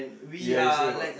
ya you saying about